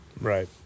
Right